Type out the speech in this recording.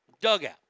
dugout